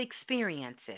experiences